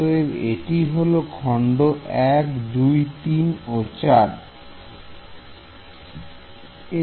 অতএব এটি হলো খন্ড 1 2 3 4